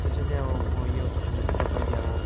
त्यसैले अब म यो खाना चाहिँ तपाईँले अब